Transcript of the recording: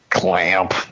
Clamp